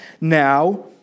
now